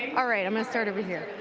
all right i'm gonna start over here.